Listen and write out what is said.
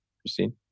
Christine